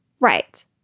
Right